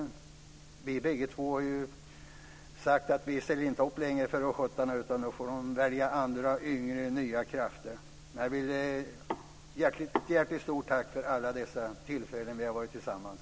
Vi har bägge två sagt att vi inte ställer upp längre för östgötarna, utan de får välja andra yngre nya krafter. Ett hjärtligt tack för alla de tillfällen vi har varit tillsammans.